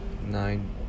nine